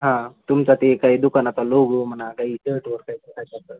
हां तुमचं ते काही दुकानाचा लोगो म्हणा काही शर्टवर काय करायचं असेल